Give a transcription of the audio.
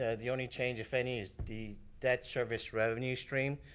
ah the only change, if any, is the debt service revenue stream.